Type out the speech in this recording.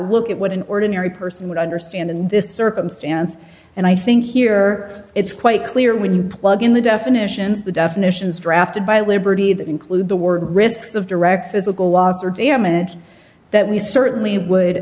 look at what an ordinary person would understand in this circumstance and i think here it's quite clear when you plug in the definitions the definitions drafted by liberty that include the word risks of direct physical loss or damage that we certainly would